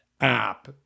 app